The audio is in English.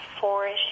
four-ish